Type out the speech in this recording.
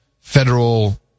federal